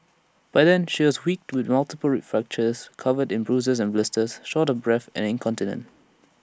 by then she was weak with multiple rib fractures covered in bruises and blisters short of breath and incontinent